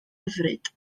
hyfryd